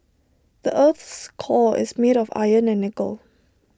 the Earth's core is made of iron and nickel